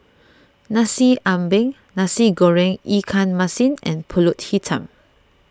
Nasi Ambeng Nasi Goreng Ikan Masin and Pulut Hitam